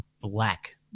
black